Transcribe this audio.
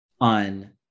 on